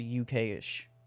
UK-ish